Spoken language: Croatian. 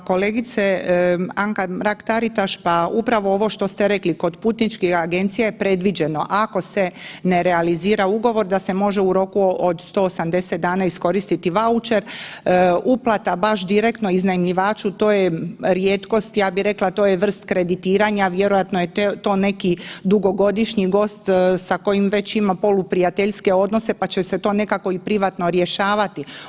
Pa kolegice Anka Mrak-Taritaš, pa upravo ovo što ste rekli, kod putničkih agencija je predviđeno, ako se ne realizira ugovor da se može u roku od 180 dana iskoristiti vaučer, uplata baš direktno iznajmljivaču, to je rijetkost, ja bih rekla, to je vrst kreditiranja, vjerojatno je to neki dugogodišnji gost sa kojim već ima poluprijateljske odnose pa će se to nekako privatno rješavati.